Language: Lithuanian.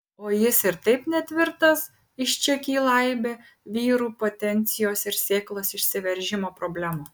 o jis ir taip netvirtas iš čia kyla aibė vyrų potencijos ir sėklos išsiveržimo problemų